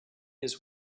his